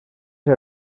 ser